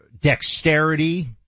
dexterity